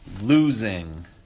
losing